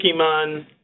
Pokemon